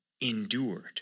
endured